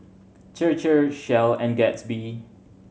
Chir Chir Shell and Gatsby